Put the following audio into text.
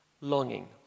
longing